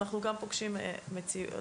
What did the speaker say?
אנחנו גם פוגשים לפעמים,